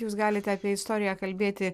jūs galite apie istoriją kalbėti